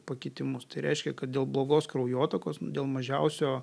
pakitimus tai reiškia kad dėl blogos kraujotakos nu dėl mažiausio